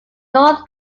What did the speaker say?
north